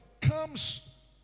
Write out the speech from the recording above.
comes